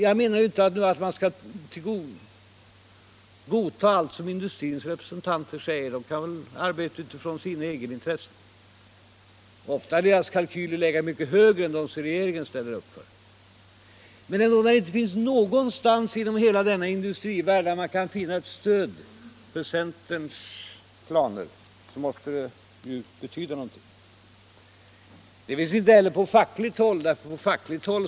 Jag menar nu inte att man skall godta allt som industrins representanter säger, de kan arbeta utifrån sina egna intressen. Ofta har deras kalkyler legat mycket högre än de som regeringen ställer sig bakom. Men om man inte någonstans inom hela denna industrivärld kan finna ett stöd för centerns planer måste det betyda någonting. Det finns inte heller något stöd från fackligt håll.